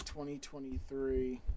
2023